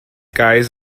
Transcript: guys